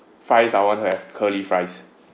fries I want to have curly fries